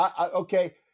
Okay